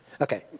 Okay